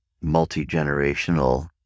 multi-generational